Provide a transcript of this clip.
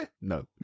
No